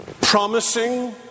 promising